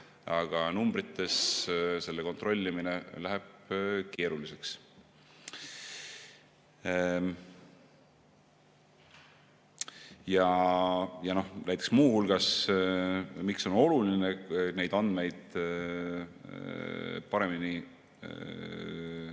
aga numbrites selle kontrollimine läheb keeruliseks. Näiteks [üks põhjus,] miks on oluline neid andmeid paremini